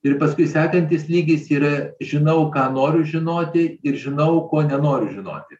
ir paskui sekantis lygis yra žinau ką noriu žinoti ir žinau ko nenoriu žinoti